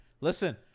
listen